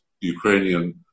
Ukrainian